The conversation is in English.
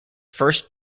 first